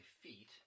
feet